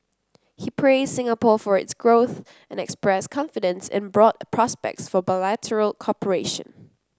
he praised Singapore for its growth and expressed confidence in broad prospects for bilateral cooperation